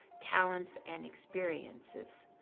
talents, and experiences,